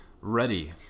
Ready